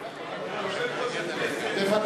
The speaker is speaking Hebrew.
דקה יעבור הזמן מאז הושמע קול הפעמון.